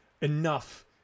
enough